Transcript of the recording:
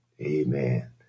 Amen